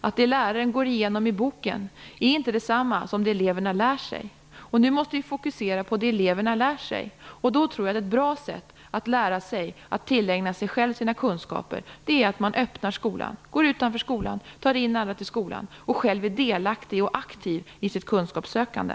Det som läraren går igenom i boken är inte detsamma som det som eleverna lär sig. Nu måste vi fokusera på det som eleverna lär sig. Då tror jag att ett bra sätt att lära sig att själv tillägna sig sina kunskaper är att man öppnar skolan, går utanför skolan, tar in alla till skolan och själv är delaktig och aktiv i sitt kunskapssökande.